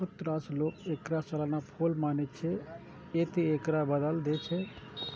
बहुत रास लोक एकरा सालाना फूल मानै छै, आ तें एकरा बदलि दै छै